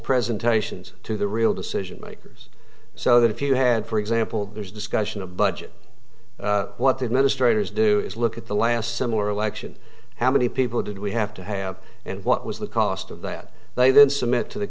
presentations to the real decision makers so that if you had for example there's discussion of budget what the administrators do is look at the last similar election how many people did we have to have and what was the cost of that they then submit to the